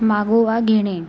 मागोवा घेणे